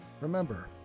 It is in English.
Remember